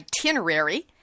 itinerary